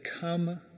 come